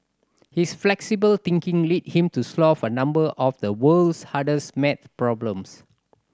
his flexible thinking led him to solve a number of the world's hardest maths problems